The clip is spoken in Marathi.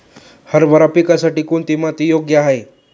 हरभरा पिकासाठी कोणती माती योग्य आहे?